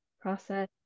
process